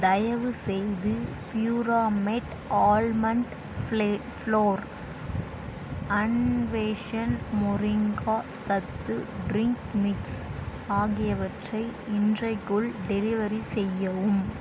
தயவுசெய்து பியூராமெட் ஆல்மண்ட் ஃப்ளே ஃப்ளோர் அன்வேஷன் மொரிங்கா சத்து ட்ரிங்க் மிக்ஸ் ஆகியவற்றை இன்றைக்குள் டெலிவெரி செய்யவும்